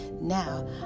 Now